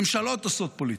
ממשלות עושות פוליטיקה.